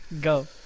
Go